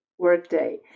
Workday